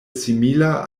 simila